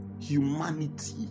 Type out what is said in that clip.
humanity